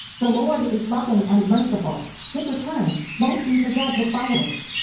the lord is loving and merciful. his return won't be to judge his followers.